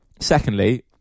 Secondly